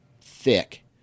thick